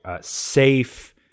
safe